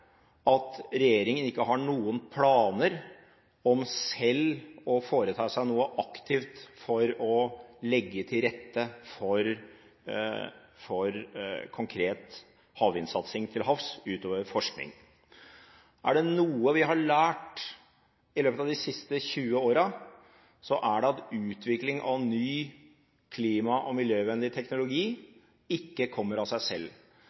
at regjeringen ikke har noen planer om selv å foreta seg noe aktivt for å legge til rette for konkret vindkraftsatsing til havs utover forskning. Er det noe vi har lært i løpet av de siste 20 åra, er det at utvikling av ny klima- og miljøvennlig teknologi ikke kommer av seg selv.